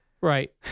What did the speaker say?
Right